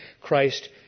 Christ